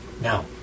now